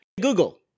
Google